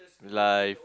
life